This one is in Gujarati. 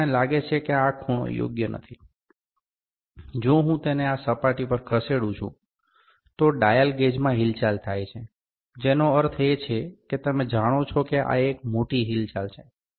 તેથી મને લાગે છે કે આ ખૂણો યોગ્ય નથી જો હું તેને આ સપાટી પર ખસેડું છું તો ડાયલ ગેજમાં હિલચાલ થાય છે જેનો અર્થ છે કે તમે જાણો છો કે આ એક મોટી હિલચાલ છે